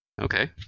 Okay